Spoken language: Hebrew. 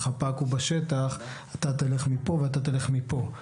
חפ"ק הוא בשטח, אתה תלך מפה ואתה תלך מפה.